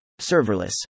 Serverless